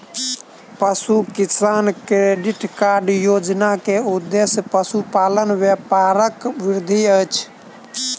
पशु किसान credit card योजना के उद्देश्य पशुपालन व्यापारक वृद्धि अछि